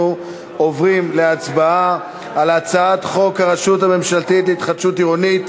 אנחנו עוברים להצבעה על הצעת חוק הרשות הממשלתית להתחדשות עירונית,